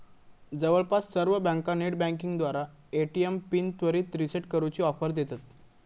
जवळपास सर्व बँका नेटबँकिंगद्वारा ए.टी.एम पिन त्वरित रीसेट करूची ऑफर देतत